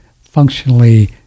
functionally